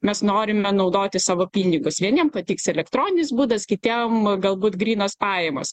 mes norime naudoti savo pinigus vieniem patiks elektroninis būdas kitiem galbūt grynos pajamos